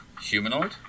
humanoid